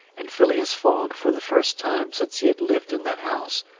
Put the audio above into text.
and phileas fogg, for the first time since he had lived in that house,